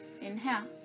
inhale